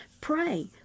pray